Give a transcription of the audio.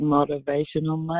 Motivational